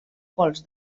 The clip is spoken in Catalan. pols